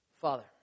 Father